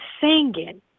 singing